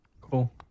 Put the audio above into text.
Cool